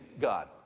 God